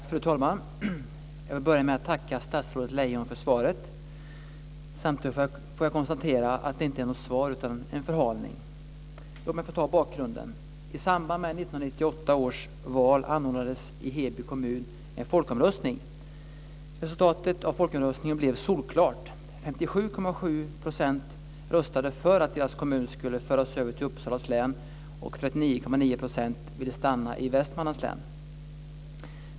Fru talman! Jag vill börja med att tacka statsrådet Lejon för svaret. Samtidigt får jag konstatera att det inte är ett svar utan en förhalning. Låt mig få ta bakgrunden. I samband med 1998 57,7 % röstade för att deras kommun skulle föras över till Uppsala län och 39,9 % ville stanna i Västmanlands län.